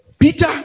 Peter